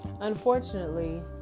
Unfortunately